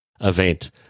event